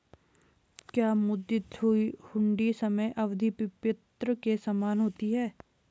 क्या मुद्दती हुंडी समय अवधि विपत्र के समान होती है?